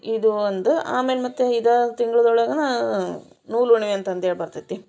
ಇದು ಒಂದು ಆಮೇಲೆ ಮತ್ತೆ ಇದೇ ತಿಂಗಳ್ದೊಳಗೆ ನೂಲು ಹುಣ್ಮಿ ಅಂತಂದು ಹೇಳ್ ಬರ್ತೈತೆ